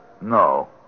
No